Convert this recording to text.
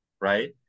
right